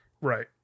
Right